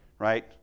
right